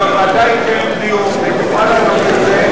ובוועדה יתקיים דיון ותוכל להעלות את זה,